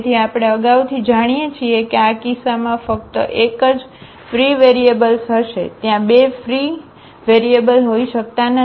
તેથી આપણે અગાઉથી જાણીએ છીએ કે આ કિસ્સામાં ફક્ત એક જ ફ્રી વેરીએબલ્સહશે ત્યાં બે ફ્રી વેરિયેબલ હોઈ શકતા નથી